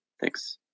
thanks